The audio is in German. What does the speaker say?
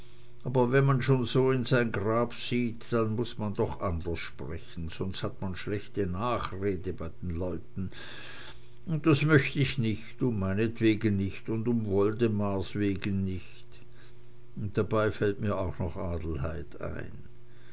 aber wenn man schon so in sein grab sieht dann muß man doch anders sprechen sonst hat man schlechte nachrede bei den leuten und das möcht ich nich um meinetwegen nich und um woldemars wegen nich und dabei fällt mir auch noch adelheid ein